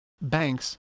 Banks